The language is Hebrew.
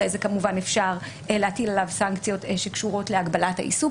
אחר כך כמובן אפשר להטיל עליו סנקציות שקשורות להגבלת העיסוק